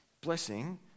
blessing